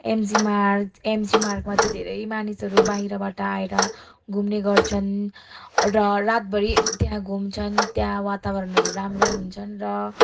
am G Marg M G मार्गमा चाहिँ धेरै मानिसहरू बाहिरबाट आएर घुम्ने गर्छन् र रातभरि त्यहाँ घुम्छन् त्यहाँ वातावरणहरू राम्रो हुन्छन् र